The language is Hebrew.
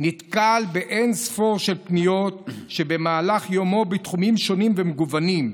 נתקל באין-ספור של פניות במהלך יומו ובתחומים שונים ומגוונים,